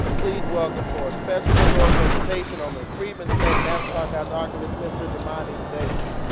pleads welcome for a special historical presentation on the freedman's bank, national archives archivist mr. damani davis.